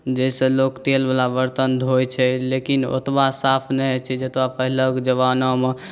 जाहिसॅं लोक तेलबला बर्तन धोइ छै लेकिन ओतबा साफ नहि होइ छै जतबा पहिलेके जबानामे